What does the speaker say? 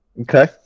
Okay